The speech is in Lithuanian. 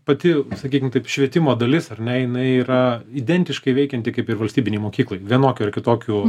pati sakykim taip švietimo dalis ar ne jinai yra identiškai veikianti kaip ir valstybinėj mokykloj vienokiu ar kitokiu